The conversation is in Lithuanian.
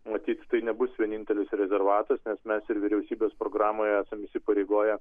matyt tai nebus vienintelis rezervatas nes mes ir vyriausybės programoje esam įsipareigoję